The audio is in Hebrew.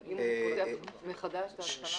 אבל אם הוא פותח מחדש את ההתחלה